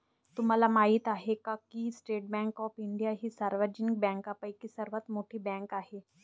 तुम्हाला माहिती आहे का की स्टेट बँक ऑफ इंडिया ही सार्वजनिक बँकांपैकी सर्वात मोठी बँक आहे